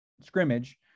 scrimmage